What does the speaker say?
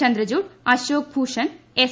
Chandrachud Ashok Bhushan S